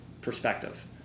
perspective